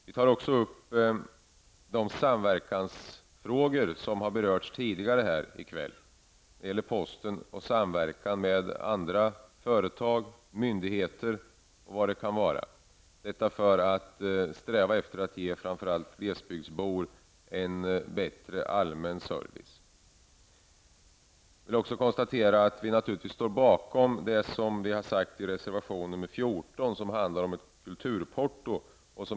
Vi tar också upp samverkan mellan posten och andra företag, myndigheter m.m., som har berörts tidigare här i kväll. Strävan är att ge framför allt glesbygdsbor en bättre allmän service. Jag vill också konstatera att vi naturligtvis står bakom det som vi har sagt i reservation 14, som handlar om ett kulturporto.